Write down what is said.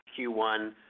Q1